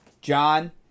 John